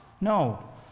No